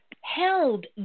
held